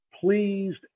pleased